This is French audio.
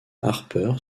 harper